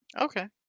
okay